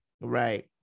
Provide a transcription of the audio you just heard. Right